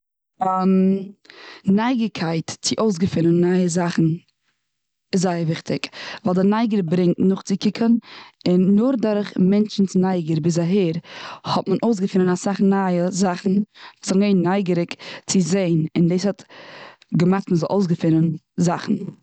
נייגערקייט צו אויסגעפינען נייע זאכן איז זייער וויכטיג. ווייל נייגער ברענגט נאכצוקוקן. און נאר דורך מענטשן'ס נייגער ביז אהער האט מען אויסגעפינען אסאך נייע זאכן וואס האבן געווען נייגעריג צו זען, און דאס האט געמאכט מ'זאל אויסגעפינען זאכן.